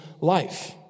life